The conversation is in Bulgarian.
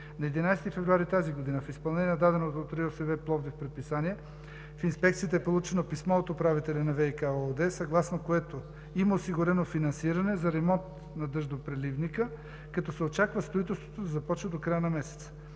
На 11 февруари тази година в изпълнение на даденото от РИОСВ – Пловдив, предписание в Инспекцията е получено писмо от управителя на „ВиК“ ЕООД, съгласно което има осигурено финансиране за ремонт на дъждопреливника, като се очаква строителството да започне до края на месеца.